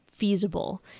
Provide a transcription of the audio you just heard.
feasible